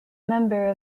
member